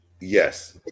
Yes